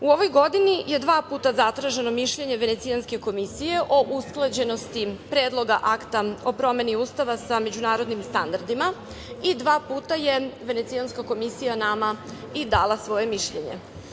U ovoj godini je dva puta zatraženo mišljenje Venecijanske komisije o usklađenosti Predloga akta o promeni Ustava sa međunarodnim standardima i dva puta je Venecijanska komisija nama dala svoje mišljenje.